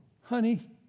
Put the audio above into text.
honey